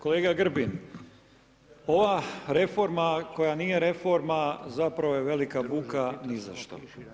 Kolega Grbin, ova reforma koja nije reforma zapravo je velika buka ni zašto.